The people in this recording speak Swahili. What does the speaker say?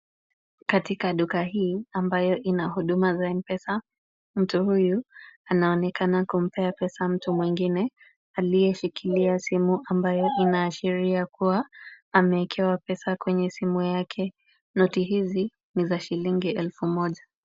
Katika duka hii ambayo ina huduma za mpesa, mtu huyu anaonekana kumpea pesa mtu mwingine, aliyeshikilia simu ambayo inaashiria kuwa, ameekewa pesa kwenye simu yake. Noti hizi ni za shilingi elfu moja.